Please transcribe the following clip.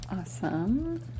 Awesome